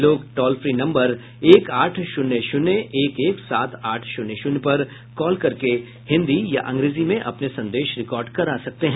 लोग toll free number एक आठ शून्य शून्य एक एक सात आठ शून्य शून्य पर कॉल करके हिन्दी या अंग्रेजी में अपने संदेश रिकॉर्ड करा सकते हैं